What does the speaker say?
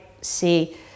see